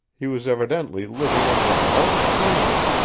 he was evidently living under a hard strain.